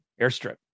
airstrip